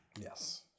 Yes